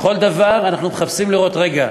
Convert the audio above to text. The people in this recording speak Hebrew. בכל דבר אנחנו מחפשים לראות: רגע,